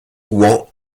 ouen